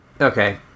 okay